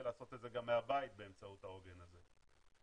לעשות את זה גם מהבית באמצעות העוגן הזה.